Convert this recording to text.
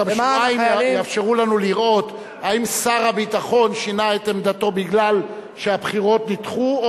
זה גם יאפשר לנו לראות אם שר הביטחון שינה את עמדתו בגלל שהבחירות נדחו,